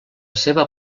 seva